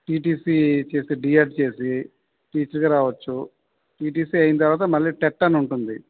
TTC చేసి DRC చేసి టీచర్గా రావచ్చు టిటిసి అయిన తరువాత మళ్ళీ టెట్ అని ఉంటుంది